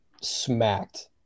smacked